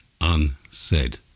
unsaid